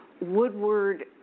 Woodward